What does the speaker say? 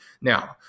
now